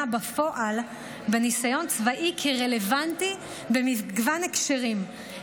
בפועל בניסיון צבאי כרלוונטי במגוון הקשרים.